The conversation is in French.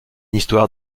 histoire